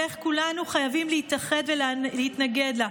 ואיך כולנו חייבים להתאחד ולהתנגד לה,